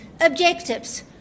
objectives